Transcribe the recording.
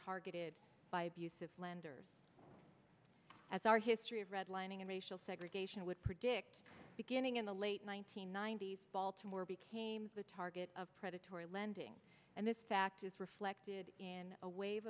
targeted by abusive lenders as our history of redlining and racial segregation would predict beginning in the late one nine hundred ninety s baltimore became the target of predatory lending and this fact is reflected in a wave